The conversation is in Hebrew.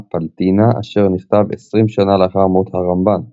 פלטינה אשר נכתב עשרים שנה לאחר מות הרמב"ן,